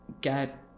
get